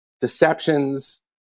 Deceptions